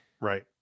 Right